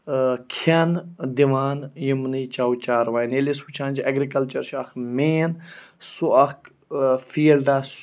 کھٮ۪ن دِوان یِمنٕے چَو چاروایَن ییٚلہِ أسۍ وٕچھان چھِ اٮ۪گرِکَلچَر چھُ اَکھ مین سُہ اَکھ فیٖلڈاہ